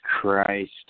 Christ